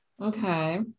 Okay